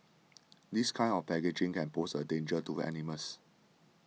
this kind of packaging can pose a danger to animals